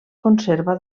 conserva